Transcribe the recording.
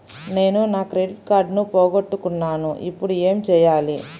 నేను నా క్రెడిట్ కార్డును పోగొట్టుకున్నాను ఇపుడు ఏం చేయాలి?